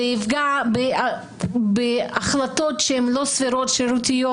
זה יפגע בהחלטות שהן לא סבירות אלא שרירותיות.